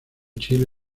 chile